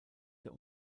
der